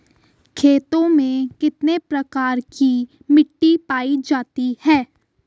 खेतों में कितने प्रकार की मिटी पायी जाती हैं?